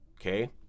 okay